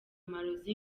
amarozi